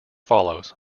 follows